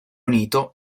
unito